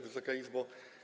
Wysoka Izbo!